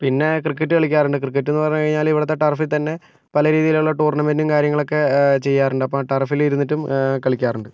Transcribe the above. പിന്നെ ക്രിക്കറ്റ് കളിക്കാറുണ്ട് ക്രിക്കറ്റെന്ന് പറഞ്ഞു കഴിഞ്ഞാൽ ഇവിടുത്തെ ടർഫിൽ തന്നെ പല രീതിയിലുള്ള ടൂർണമെന്റും കാര്യങ്ങളൊക്കെ ചെയ്യാറുണ്ട് അപ്പം ആ ടർഫിലിരുന്നിട്ടും കളിക്കാറുണ്ട്